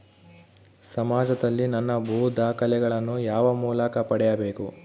ಸಮಾಜದಲ್ಲಿ ನನ್ನ ಭೂ ದಾಖಲೆಗಳನ್ನು ಯಾವ ಮೂಲಕ ಪಡೆಯಬೇಕು?